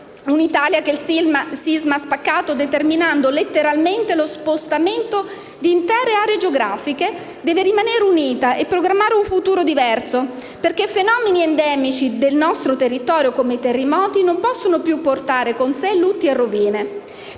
Un'Italia che il sisma ha spaccato, determinando letteralmente lo spostamento di intere aree geografiche, deve rimanere unita e programmare un futuro diverso, perché fenomeni endemici del nostro territorio, come i nostri terremoti, non possono più portare con sé lutti e rovine.